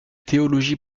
théologie